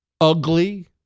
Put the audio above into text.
Ugly